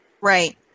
Right